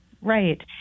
Right